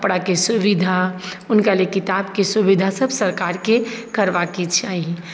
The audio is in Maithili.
कपड़ाके सुविधा हुनकालए किताबके सुविधा ईसब सरकारके करबाके चाही